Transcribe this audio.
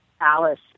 Alice